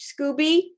Scooby